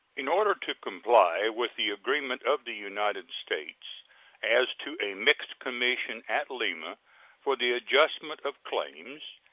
in order to comply with the agreement of the united states as to a mixed commission at lima for the adjustment of claims,